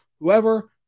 Whoever